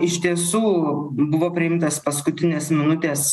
iš tiesų buvo priimtas paskutinės minutės